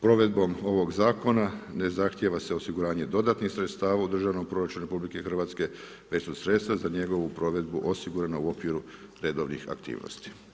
Provedbom ovog zakona ne zahtjeva je osiguranje dodatnih sredstava u državnom proračunu RH već su sredstva za njegovu provedbu osigurana u okviru redovnih aktivnosti.